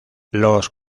los